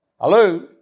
Hello